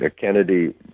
Kennedy